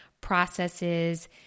processes